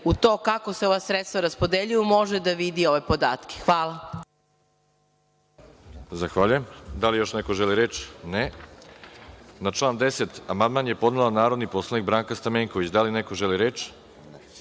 u to kako se ova sredstva raspodeljuju može da vidi ove podatke. Hvala.